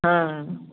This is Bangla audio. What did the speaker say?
হ্যাঁ হ্যাঁ